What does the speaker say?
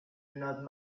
not